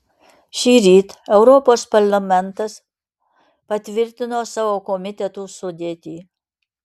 šįryt europos parlamentas patvirtino savo komitetų sudėtį